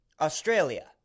Australia